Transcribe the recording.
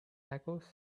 tacos